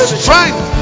strength